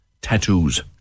tattoos